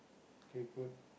K good